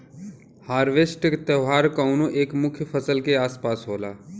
harvest त्यौहार कउनो एक मुख्य फसल के आस पास होला